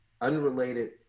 unrelated